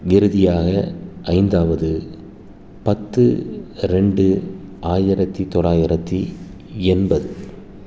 இறுதியாக ஐந்தாவது பத்து ரெண்டு ஆயிரத்தி தொளாயிரத்தி எண்பது